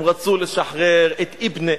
הם רצו לשחרר את יִבּנה,